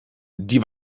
die